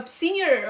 senior